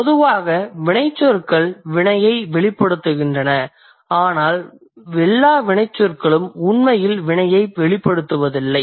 பொதுவாக வினைச்சொற்கள் வினையை வெளிப்படுத்துகின்றன ஆனால் எல்லா வினைச்சொற்களும் உண்மையில் வினையை வெளிப்படுத்துவதில்லை